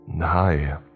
Hi